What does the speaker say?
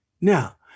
Now